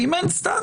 ואם אין סטנדרט,